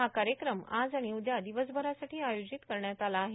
हा कार्यक्रम आज आणि उद्या दिवसभरासाठी आयोजित करण्यात आला आहे